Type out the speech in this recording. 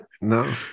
No